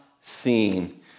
seen